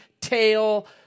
tail